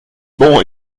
bon